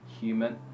human